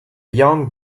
young